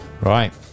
Right